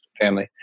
family